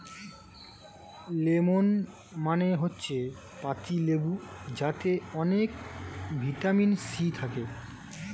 lemon মানে হচ্ছে পাতিলেবু যাতে অনেক ভিটামিন সি থাকে